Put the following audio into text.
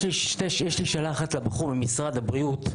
יש לי שאלה אחת לבחור ממשרד הבריאות,